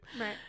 Right